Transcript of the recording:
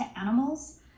animals